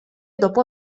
dopo